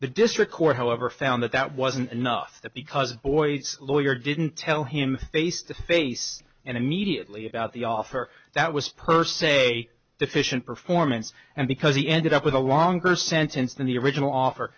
the district court however found that that wasn't enough that because a boy's lawyer didn't tell him face to face and immediately about the offer that was per se deficient performance and because he ended up with a longer sentence than the original offer